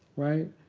right?